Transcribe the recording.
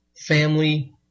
family